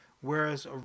whereas